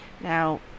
Now